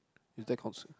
is that counts